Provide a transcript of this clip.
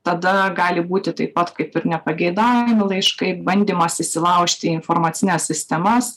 tada gali būti taip pat kaip ir nepageidaujami laiškai bandymas įsilaužt į informacines sistemas